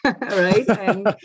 right